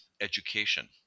education